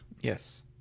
Yes